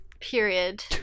Period